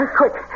quick